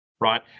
right